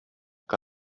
que